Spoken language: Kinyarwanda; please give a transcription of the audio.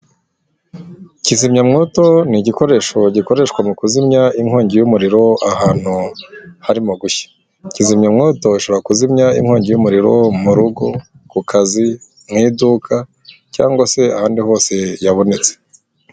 Kizimyamwoto ni igikoresho gikoreshwa mu kuzimya inkongi y'umuriro ahantu harimo gushya. Kizimyamwoto ishobora kuzimya inkongi y'umuriro mu rugo, ku kazi, mu iduka cyangwa se ahandi hose yabonetse.